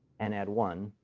and add one.